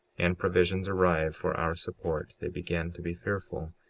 and provisions arrive for our support, they began to be fearful,